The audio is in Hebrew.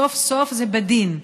סוף-סוף זה בדין.